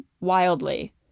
wildly